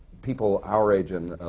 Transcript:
people our age, and